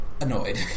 annoyed